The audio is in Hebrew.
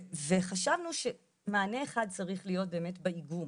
חשבנו שמענה אחד צריך להיות באמת באיגום,